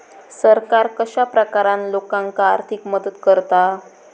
सरकार कश्या प्रकारान लोकांक आर्थिक मदत करता?